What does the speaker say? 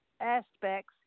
aspects